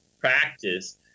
practice